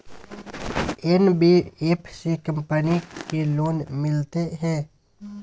NBFC company की loan मिलते है?